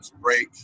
break